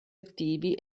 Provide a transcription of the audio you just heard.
attivi